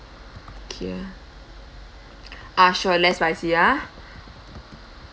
okay ah ah sure less spicy ah